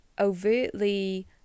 overtly